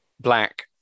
black